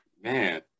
Man